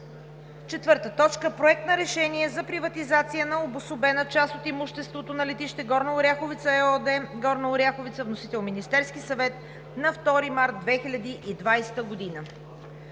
февруари 2020 г. 3. Проект на решение за приватизация на обособена част от имуществото на „Летище Горна Оряховица“ ЕООД – Горна Оряховица. Вносител – Министерският съвет на 2 март 2020 г.